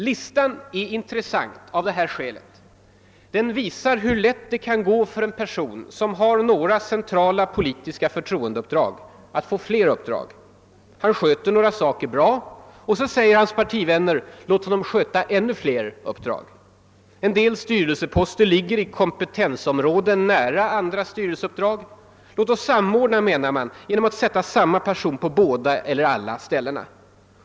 Listan är intressant av följande skäl: den visar hur lätt det kan gå för en person som har några centrala förtroendeuppdrag att få flera uppdrag. Han sköter några saker bra — och så säger hans partivänner: Låt honom sköta ännu flera uppdrag. En del styrelseposter ligger i kompetensområden nära andra styrelseuppdrag. Låt oss samordna, menar man, genom att sätta samma person på båda eller alla ställen.